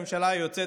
הממשלה היוצאת,